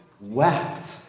wept